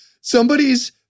somebody's